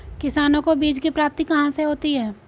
किसानों को बीज की प्राप्ति कहाँ से होती है?